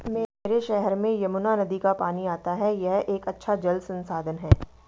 मेरे शहर में यमुना नदी का पानी आता है यह एक अच्छा जल संसाधन है